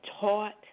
taught